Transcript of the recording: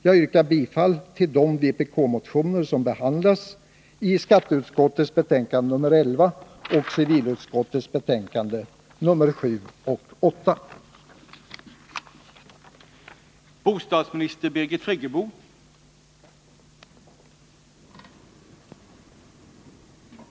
Jag yrkar bifall till de vpk-motioner som behandlas i skatteutskottets betänkande 11 och civilutskottets betänkanden 7 och 8 med undantag för de motionsyrkanden som tillgodoses genom reservation 4 vid skatteutskottets betänkande 11 och reservation 3 vid civilutskottets betänkande 7.